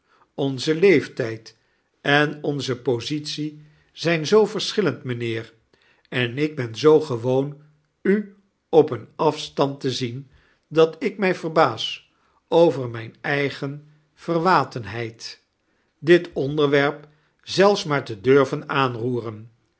onze leeftijd en onze positie zijn zoo verschillend mijnheer en ik ben zoo gewoon u op een afstand te zien dat ik mij verbaas over mijn eigen verwatenheid dit onderwerp zelfs maar te durven aanroeren